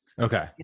Okay